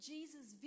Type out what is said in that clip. Jesus